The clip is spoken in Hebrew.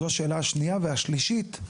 זו השאלה השנייה, והשאלה השלישית,